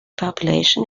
population